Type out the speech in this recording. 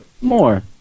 more